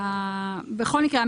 בכל מקרה,